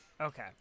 Okay